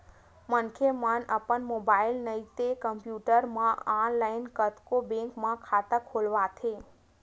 मनखे मन अपन मोबाईल नइते कम्प्यूटर म ऑनलाईन कतको बेंक म खाता खोलवाथे